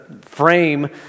frame